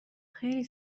خیلی